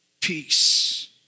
peace